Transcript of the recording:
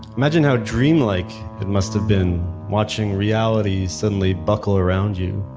imagine how dreamlike it must've been watching realities suddenly buckle around you.